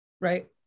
right